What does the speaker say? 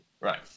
right